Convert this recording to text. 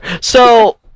So-